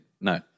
no